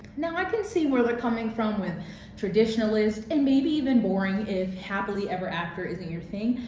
now i can see where they're coming from with traditionalist and maybe even boring if happily ever after isn't your thing.